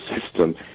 system